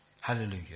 Hallelujah